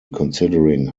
considering